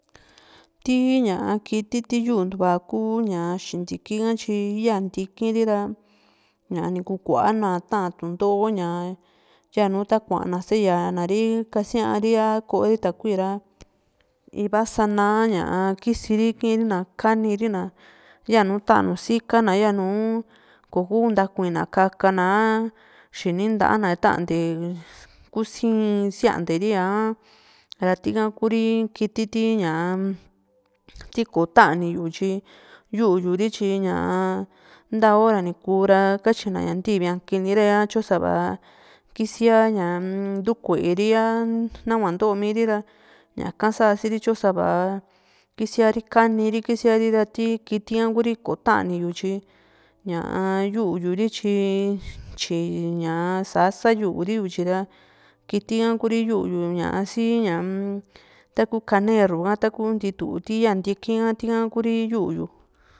tii ña kiti yunduva kuu xintiki ka tyi yaa ntikiri ra ña niku kuana ta´an tundoó ña yanu ta sayana ri kasiari a koori takuí ra iva sanaa ña kisiri kiri na kaniri na yanu tanu siikana yanu ko kuu ntakuina kaka na a xini nta´a na itante kusi´i a sianteri ra tika ku kiti ti ña tiko taniyu tyi yu´yuri tyi ña nta hora ni kura katyina ña ntivi ña kiniri´a tyo sava kisia ña ntukueri´a a nahua ntomiri ra ñaka sasiri tyo sava kisiaa ri kaniri ra ti kiti ka Kuri ko tanii yu tyi ña yu´yu ri tyi tyiña sa´sa yuri yutyi ra kiti a Kuri yu´yu ñaa si ñaa taku kanerru ka taku ntitu ti ya ndiki´i a tika Kuri yu´yu.